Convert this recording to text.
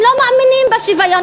הם לא מאמינים בשוויון.